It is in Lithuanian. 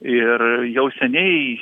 ir jau seniai